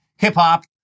Hip-hop